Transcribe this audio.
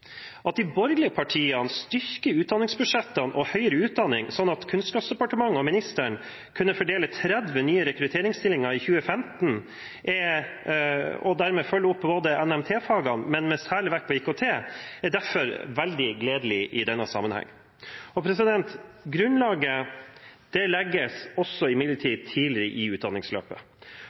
At de borgerlige partiene styrker utdanningsbudsjettene og høyere utdanning slik at Kunnskapsdepartementet og ministeren kunne fordele 30 nye rekrutteringsstillinger i 2015, og dermed følge opp MNT-fagene med særlig vekt på IKT, er derfor veldig gledelig i denne sammenheng. Grunnlaget legges imidlertid tidlig i utdanningsløpet. Søkertallene fra Samordna opptak viser at det